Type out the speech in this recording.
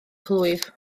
plwyf